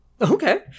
okay